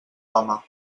home